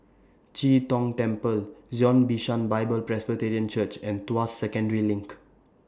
Chee Tong Temple Zion Bishan Bible Presbyterian Church and Tuas Second LINK